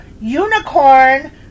unicorn